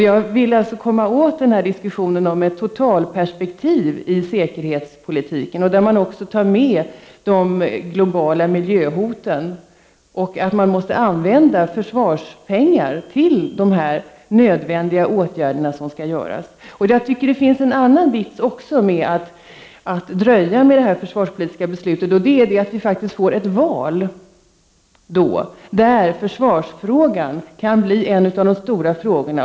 Jag vill komma åt diskussionen med totalperspektiv på säkerhetspolitiken, där man också tar med de globala miljöhoten. Man måste använda försvarspengar till de nödvändiga åtgärder som skall vidtas. Jag tycker det finns också en annan vits med att dröja med detta försvarspolitiska beslut. Vi får ett val där försvarsfrågan kan bli en av de stora frågorna.